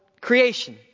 creation